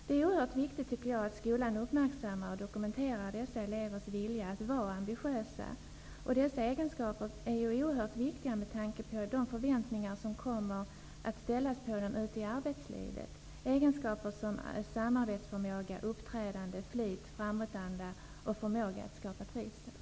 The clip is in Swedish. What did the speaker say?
Det är oerhört viktigt att skolan uppmärksammar och dokumenterar dessa elevers vilja till att vara ambitiösa. Dessa egenskaper är ju oerhört viktiga med tanke på de förväntningar som kommer att ställas på dem i arbetslivet; det kan gälla egenskaper som samarbetsförmåga, uppträdande, flit, framåtanda och förmåga att skapa trivsel.